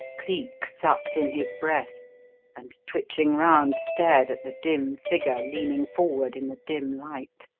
cleek sucked in his breath and, twitching round, stared at the dim figure leaning forward in the dim light.